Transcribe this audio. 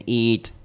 eat